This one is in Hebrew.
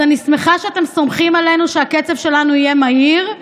אז אני שמחה שאתם סומכים עלינו שהקצב שלנו יהיה מהיר,